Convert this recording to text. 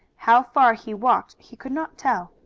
how far he walked he could not tell.